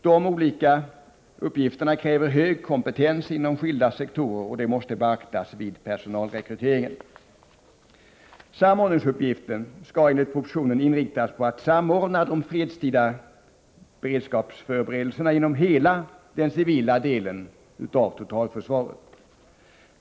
De olika uppgifterna kräver hög kompetens inom skilda sektorer, vilket måste beaktas vid personalrekryteringen. Samordningsuppgiften skall enligt propositionen inriktas på att samordna de fredstida beredskapsförberedelserna inom hela den civila delen av totalförsvaret.